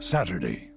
Saturday